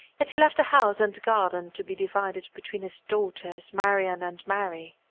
yet he left a house and garden to be divided between his daughters marian and mary.